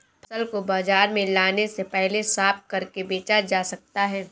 फसल को बाजार में लाने से पहले साफ करके बेचा जा सकता है?